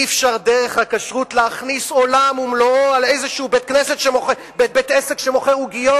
אי-אפשר דרך הכשרות להכניס עולם ומלואו על איזה בית-עסק שמוכר עוגיות.